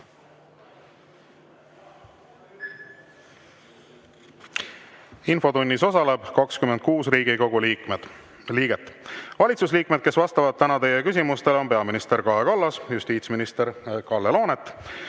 Infotunnis osaleb 26 Riigikogu liiget. Valitsusliikmed, kes vastavad teie küsimustele, on peaminister Kaja Kallas, justiitsminister Kalle Laanet